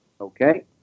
Okay